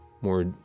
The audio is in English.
more